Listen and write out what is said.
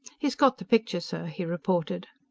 he's got the picture, sir, he reported.